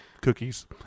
cookies